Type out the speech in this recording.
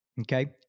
Okay